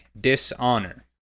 dishonor